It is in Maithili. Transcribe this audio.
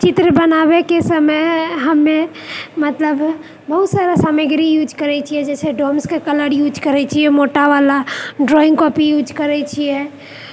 चित्र बनाबएके समय हमे मतलब बहुत सारा सामग्री यूज करैत छिऐ जैसे डोम्सके कलर यूज करैत छिऐ मोटावला ड्रॉइङ्ग कॉपी यूज करैत छिऐ